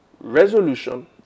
resolution